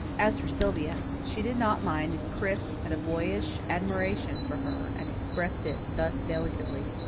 as for sylvia, she did not mind if chris had a boyish admiration for her and expressed it thus delicately.